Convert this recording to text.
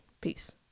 peace